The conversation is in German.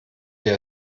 wir